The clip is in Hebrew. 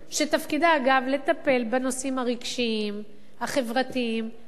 שתפקידה, אגב, לטפל בנושאים הרגשיים, החברתיים, לא